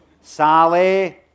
Sally